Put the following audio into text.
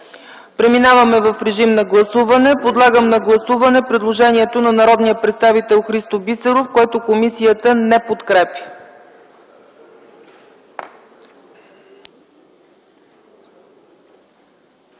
Преминаваме към режим на гласуване. Подлагам на гласуване предложението на народния представител Христо Бисеров, което комисията не подкрепя.